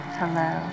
hello